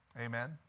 Amen